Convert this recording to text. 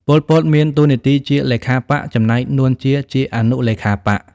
ប៉ុល ពត មានតួនាទីជាលេខាបក្ស ចំណែក នួន ជា ជាអនុលេខាបក្ស។